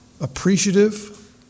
Appreciative